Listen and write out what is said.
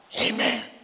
Amen